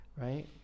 right